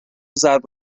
ضرب